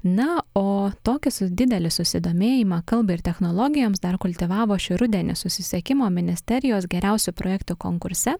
na o tokius didelį susidomėjimą kalbai ir technologijoms dar kultivavo šį rudenį susisiekimo ministerijos geriausių projektų konkurse